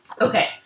Okay